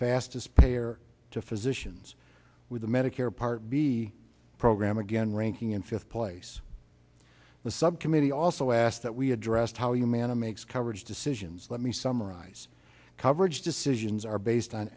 fastest payer to physicians with the medicare part b program again ranking in fifth place the subcommittee also asked that we addressed how you manage makes coverage decisions let me summarize coverage decisions are based on